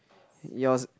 yours